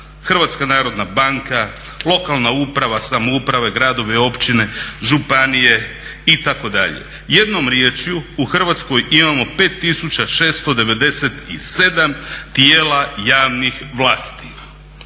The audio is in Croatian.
Vlada, HNB, lokalna uprava, samouprava, gradovi, općine, županije itd. jednom riječju u Hrvatskoj imamo 5.697 tijela javnih vlasti.